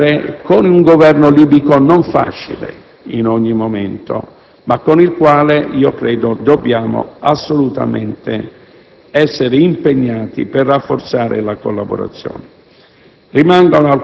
dialogare con il Governo libico, un Governo non facile in ogni momento, ma con il quale credo dobbiamo assolutamente impegnarci per rafforzare la collaborazione.